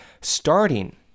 starting